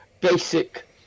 basic